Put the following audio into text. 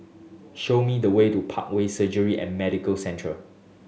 show me the way to Parkway Surgery and Medical Centre